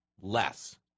less